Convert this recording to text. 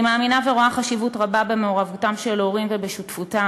אני מאמינה ורואה חשיבות רבה במעורבותם של הורים ובשותפותם.